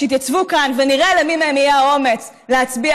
שיתייצבו כאן ונראה למי מהם יהיה האומץ להצביע